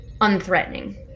unthreatening